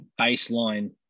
baseline